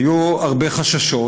היו הרבה חששות,